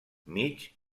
mig